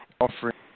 offering